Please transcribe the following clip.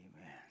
Amen